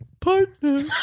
partner